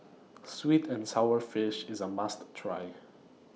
Sweet and Sour Fish IS A must Try